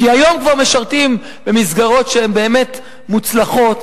כי היום כבר משרתים במסגרות שהן באמת מוצלחות,